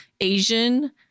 Asian